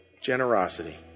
generosity